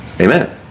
Amen